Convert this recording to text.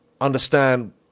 understand